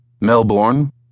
Melbourne